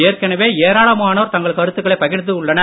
ஏற்கனவே ஏராளமானோர் தங்கள் கருத்துக்களை பகிர்ந்துள்ளனர்